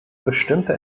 bestimmte